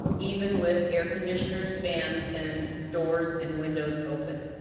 even with air conditioners, fans, and doors and windows open.